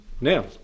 Now